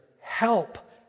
help